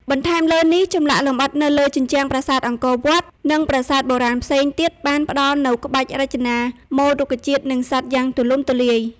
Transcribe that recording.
បន្ថែមលើនេះ ចម្លាក់លម្អិតនៅលើជញ្ជាំងប្រាសាទអង្គរវត្ត និងប្រាសាទបុរាណផ្សេងទៀតបានផ្តល់នូវក្បាច់រចនាម៉ូដរុក្ខជាតិ និងសត្វយ៉ាងទូលំទូលាយ។